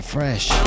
Fresh